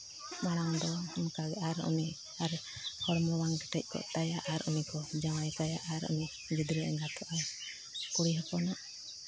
ᱢᱟᱲᱟᱝ ᱫᱚ ᱚᱱᱠᱟᱜᱮ ᱟᱨ ᱩᱱᱤ ᱟᱨ ᱦᱚᱲᱢᱚ ᱵᱟᱝ ᱠᱮᱴᱮᱡ ᱠᱚᱜ ᱛᱟᱭᱟ ᱟᱨ ᱩᱱᱤ ᱠᱚ ᱡᱟᱶᱟᱭ ᱠᱟᱭᱟ ᱟᱨ ᱩᱱᱤ ᱜᱤᱫᱽᱨᱟᱹ ᱮᱸᱜᱟᱛᱚᱜᱼᱟᱭ ᱠᱩᱲᱤ ᱦᱚᱯᱚᱱᱟᱜ